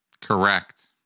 Correct